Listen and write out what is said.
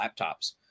laptops